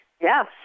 Yes